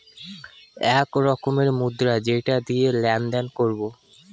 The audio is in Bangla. এক রকমের মুদ্রা যেটা দিয়ে লেনদেন করবো